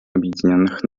объединенных